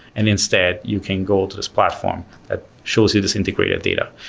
and instead, you can go to this platform that shows you this integrated data.